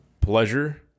Pleasure